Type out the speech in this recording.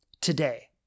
today